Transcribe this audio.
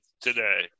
today